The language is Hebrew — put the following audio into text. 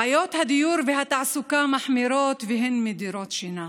בעיות הדיור והתעסוקה מחמירות, והן מדירות שינה.